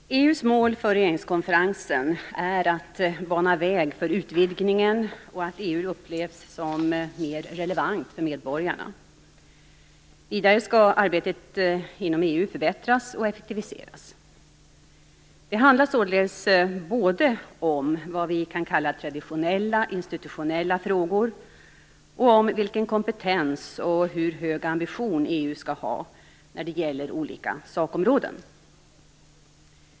Herr talman! EU:s mål för regeringskonferensen är att bana väg för utvidgningen och att EU upplevs som mer relevant för medborgarna. Vidare skall arbetet inom EU förbättras och effektiviseras. Det handlar således både om vad vi kan kalla traditionella institutionella frågor och om vilken kompetens och hur hög ambition EU skall ha när det gäller de olika sakområdena.